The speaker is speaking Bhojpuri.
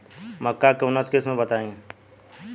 मक्का के उन्नत किस्म बताई?